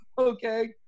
Okay